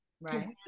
right